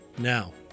Now